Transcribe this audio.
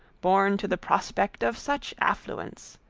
born to the prospect of such affluence!